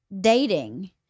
dating